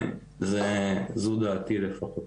זו דעתי לפחות.